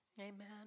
Amen